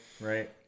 right